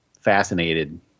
fascinated